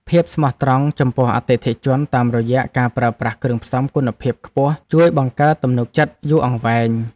ភាពស្មោះត្រង់ចំពោះអតិថិជនតាមរយៈការប្រើប្រាស់គ្រឿងផ្សំគុណភាពខ្ពស់ជួយបង្កើតទំនុកចិត្តយូរអង្វែង។